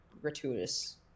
gratuitous